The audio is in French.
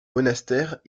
monastères